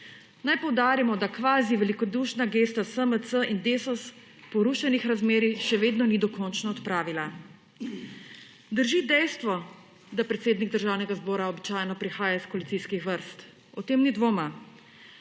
Naj poudarimo, da kvazi velikodušna gesta SMC in Desus porušenih razmerij še vedno ni dokončno odpravila. Drži dejstvo, da predsednik Državnega zbora običajno prihaja iz koalicijskih vrst. O tem ni dvoma.